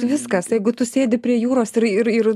viskas jeigu tu sėdi prie jūros ir ir ir